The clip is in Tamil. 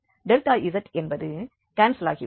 z என்பது கான்செல் ஆகி விடும்